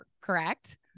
Correct